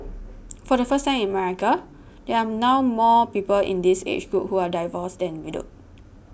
for the first time in America there are now more people in this age group who are divorced than widowed